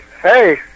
Hey